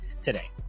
today